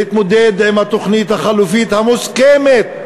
להתמודד עם התוכנית החלופית המוסכמת,